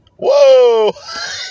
Whoa